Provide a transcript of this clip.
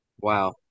wow